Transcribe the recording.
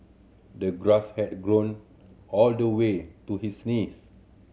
the grass had grown all the way to his knees